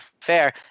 fair